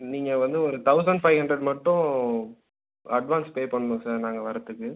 நீங்கள் வந்து ஒரு தௌசண்ட் ஃபைவ் ஹண்ரட் மட்டும் அட்வான்ஸ் பே பண்ணணும் சார் நாங்கள் வரத்துக்கு